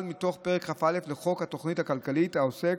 מתוך פרק כ"א לחוק התוכנית הכלכלית העוסק